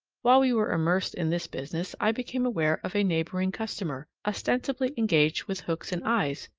while we were immersed in this business i became aware of a neighboring customer, ostensibly engaged with hooks and eyes,